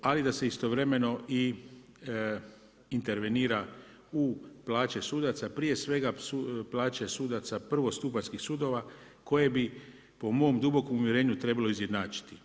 Ali, da se istovremeno i intervenira u plaće sudaca, prije svega plaće sudaca prvostupanjskih sudova, koje bi po mog dubokom uvjerenju trebalo izjednačiti.